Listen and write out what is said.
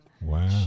Wow